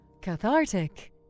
Cathartic